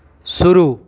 शुरू